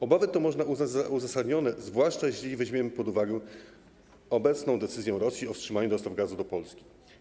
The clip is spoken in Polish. Obawy też mogą być uzasadnione, zwłaszcza jeśli weźmiemy pod uwagę obecną decyzję Rosji o wstrzymaniu dostaw gazu do Polski.